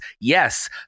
yes